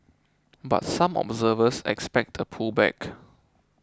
but some observers expect a pullback